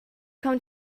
come